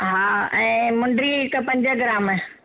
हा ऐं मुंडी हिकु पंज ग्राम